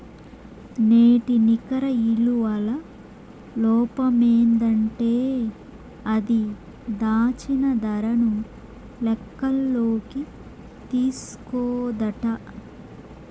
నేటి నికర ఇలువల లోపమేందంటే అది, దాచిన దరను లెక్కల్లోకి తీస్కోదట